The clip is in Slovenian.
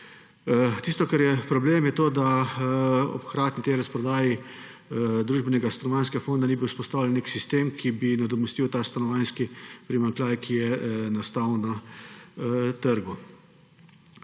Tisto, kar je problem, je to, da ob hkratni razprodaji družbenega stanovanjskega fonda ni bilo vzpostavljenega nekega sistema, ki bi nadomestil stanovanjski primanjkljaj, ki je nastal na trgu.